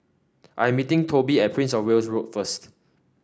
I am meeting Toby at Prince Of Wales Road first